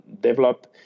develop